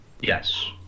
yes